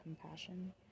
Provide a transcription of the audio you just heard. compassion